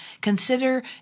consider